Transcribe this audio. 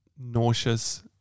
nauseous